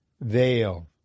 veil